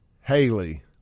Haley